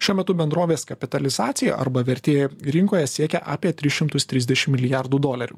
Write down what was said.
šiuo metu bendrovės kapitalizacija arba vertė rinkoje siekia apie tris šimtus trisdešim milijardų dolerių